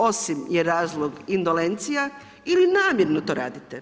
Osim, je razlog indolencija ili namjerno to radite.